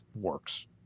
works